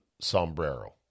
sombrero